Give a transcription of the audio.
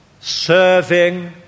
Serving